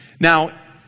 Now